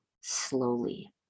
slowly